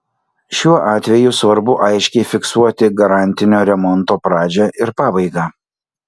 šiuo atveju svarbu aiškiai fiksuoti garantinio remonto pradžią ir pabaigą